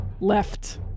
Left